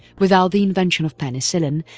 without the invention of penicillin,